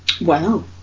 Wow